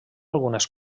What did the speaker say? algunes